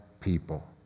people